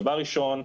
דבר ראשון,